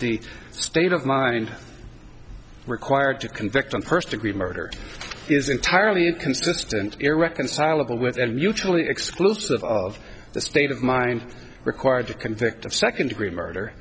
the state of mind required to convict on person agree murder is entirely inconsistent irreconcilable with a mutually exclusive of the state of mind required to convict of second degree murder